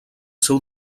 seu